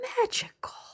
Magical